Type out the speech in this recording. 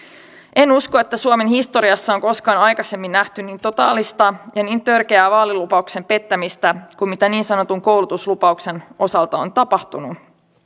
en usko että suomen historiassa on koskaan aikaisemmin nähty niin totaalista ja niin törkeää vaalilupauksen pettämistä kuin mitä niin sanotun koulutuslupauksen osalta on tapahtunut